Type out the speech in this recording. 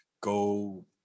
go